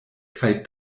kaj